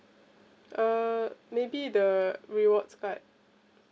uh maybe the rewards card